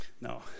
no